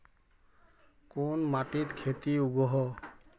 कोन माटित खेती उगोहो?